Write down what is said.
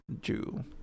Jew